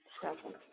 presence